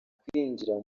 kwinjira